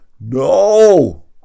no